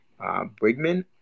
Brigman